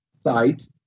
site